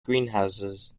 greenhouses